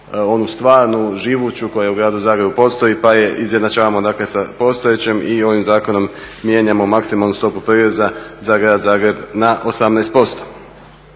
onu stvarnu živuću koja u gradu Zagrebu postoji, pa je izjednačavamo dakle sa postojećem i ovim zakonom mijenjamo maksimalnu stopu prireza za grad Zagreb na 18%.